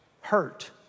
hurt